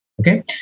Okay